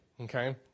okay